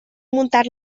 muntat